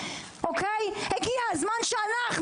הגיע הזמן שאנחנו,